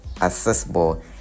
accessible